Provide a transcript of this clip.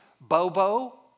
Bobo